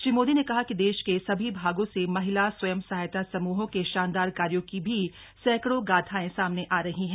श्री मोदी ने कहा कि देश के सभी भागों से महिला स्वयं सहायता समूहों के शानदार कार्यों की भी सैंकड़ों गाथाएं सामने आ रही हैं